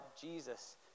Jesus